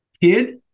kid